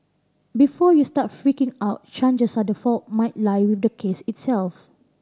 before you start freaking out chances are the fault might lie with the case itself